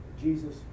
Jesus